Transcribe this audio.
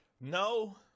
No